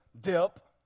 dip